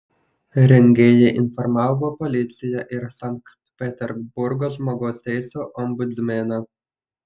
rengėjai informavo policiją ir sankt peterburgo žmogaus teisių ombudsmeną